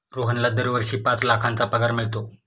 रोहनला दरवर्षी पाच लाखांचा पगार मिळतो